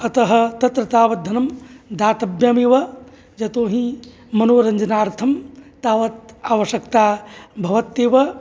अतः तत्र तावत् धनं दातव्यमेव यतोहि मनोरञ्जनार्थं तावत् आवश्यकता भवत्येव